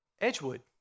Edgewood